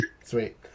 sweet